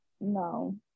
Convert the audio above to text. no